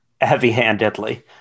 heavy-handedly